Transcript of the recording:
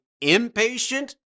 impatient